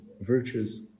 virtues